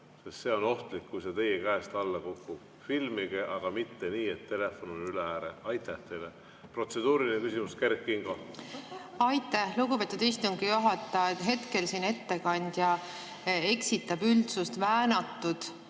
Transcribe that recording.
See on ohtlik, kui see teie käest alla kukub. Filmige, aga mitte nii, et telefon on üle ääre. Aitäh teile! Protseduuriline küsimus, Kert Kingo. Aitäh, lugupeetud istungi juhataja! Hetkel siin ettekandja eksitab üldsust väänatud